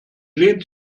lehnt